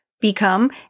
Become